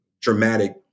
dramatic